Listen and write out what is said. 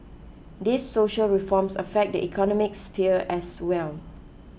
these social reforms affect the economic sphere as well